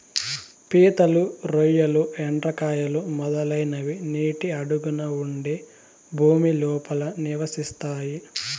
పీతలు, రొయ్యలు, ఎండ్రకాయలు, మొదలైనవి నీటి అడుగున ఉండే భూమి లోపల నివసిస్తాయి